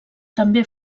també